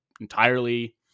entirely